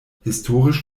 historisch